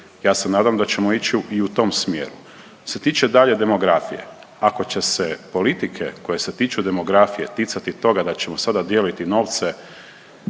Ja se nadam da ćemo ići i u tom smjeru. Što se tiče dalje demografije, ako će se politike koje se tiču demografije ticati toga da ćemo sada dijeliti novce